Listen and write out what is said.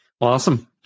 Awesome